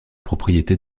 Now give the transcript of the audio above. propriété